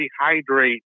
rehydrate